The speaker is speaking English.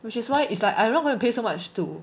which is why it's like I'm not going to pay so much to